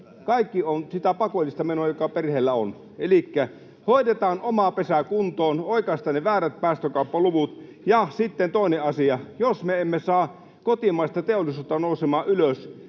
Kaikki on sitä pakollista menoa, joka perheellä on. Elikkä hoidetaan oma pesä kuntoon, oikaistaan ne väärät päästökauppaluvut. Sitten toinen asia: Jos me emme saa kotimaista teollisuutta nousemaan ylös...